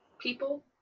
people